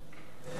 לא.